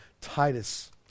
Titus